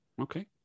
Okay